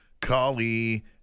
Kali